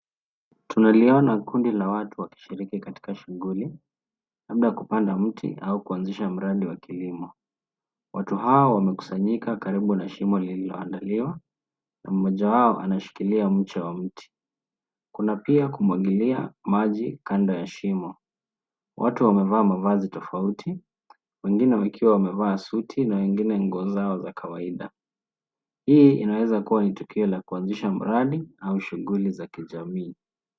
Tunaliona kundi la watu wakishiriki katika shughuli, labda kupanda mti au kuanzisha mradi wa kilimo. Watu hawa wamekusanyika karibu na shimo lililoandaliwa na mmoja wao anashikilia mche wa mti. Kuna pia kumwagilia maji kando ya shimo. Watu wamevaa mavazi tofauti, wengine wakiwa wamevaa suti na wengine nguo zao za kawaida. Hii inaweza kuwa ni tukio la kuanzisha mradi, au shughuli za kijamii.